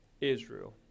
Israel